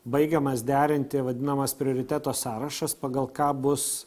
baigiamas derinti vadinamas prioriteto sąrašas pagal ką bus